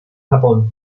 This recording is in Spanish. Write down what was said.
japón